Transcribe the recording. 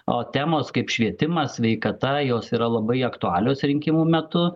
o temos kaip švietimas sveikata jos yra labai aktualios rinkimų metu